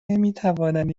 نمیتوانند